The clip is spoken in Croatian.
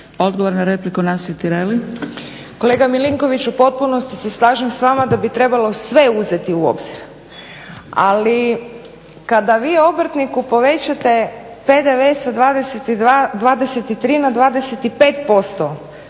- Stranka rada)** Kolega Milinkoviću, u potpunosti se slažem s vama da bi trebalo sve uzeti u obzir, ali kada vi obrtniku povećate PDV sa 23 na 25%